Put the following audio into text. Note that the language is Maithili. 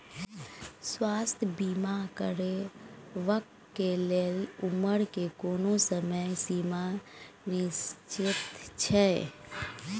स्वास्थ्य बीमा करेवाक के लेल उमर के कोनो समय सीमा निश्चित छै?